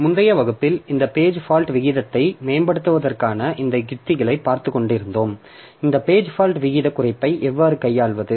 முந்தைய வகுப்பில் இந்த பேஜ் ஃபால்ட் விகிதத்தை மேம்படுத்துவதற்கான இந்த உத்திகளை பார்த்துக்கொண்டிருந்தோம் இந்த பேஜ் ஃபால்ட் வீதக் குறைப்பை எவ்வாறு கையாள்வது